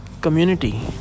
community